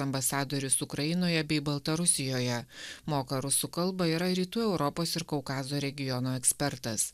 ambasadorius ukrainoje bei baltarusijoje moka rusų kalbą yra rytų europos ir kaukazo regiono ekspertas